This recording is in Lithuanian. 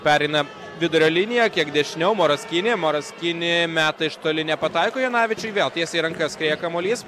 pereina vidurio liniją kiek dešiniau moras kini moras kini meta iš toli nepataiko janavičiui vėl tiesiai į rankas skrieja kamuolys